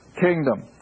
kingdom